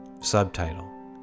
subtitle